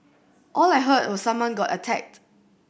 all I heard was someone got attacked